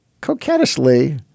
Coquettishly